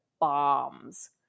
bombs